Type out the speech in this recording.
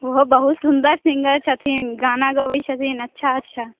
ओहो बहुत सुंदर सिङ्गर छथिन गाना गबैत छथिन अच्छा अच्छा